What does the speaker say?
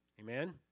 Amen